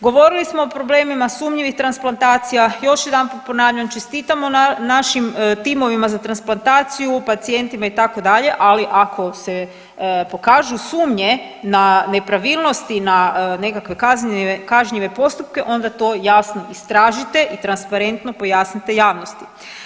Govorili smo o problemima sumnjivih transplantacija, još jedanput ponavljam, čestitamo našim timovima za transplantaciju, pacijentima itd., ali ako se pokažu sumnje na nepravilnosti i na nekakve kažnjive postupke onda to jasno istražite i transparentno pojasnite javnosti.